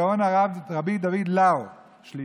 הגאון הרב רבי דוד לאו שליט"א.